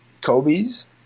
Kobe's